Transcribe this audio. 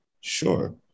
Sure